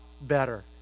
better